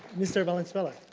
mr. valenzuela.